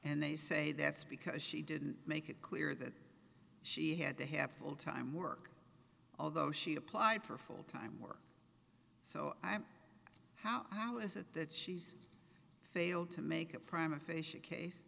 and they say that's because she didn't make it clear that she had to have full time work although she applied for full time work so i'm how is it that she's failed to make a prime official case